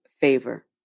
favor